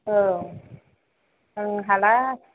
औ आं हाला